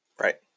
Right